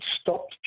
stopped